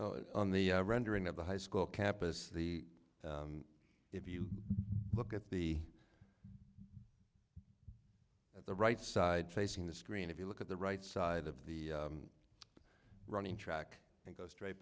be on the rendering of the high school campus the if you look at the at the right side facing the screen if you look at the right side of the running track and go straight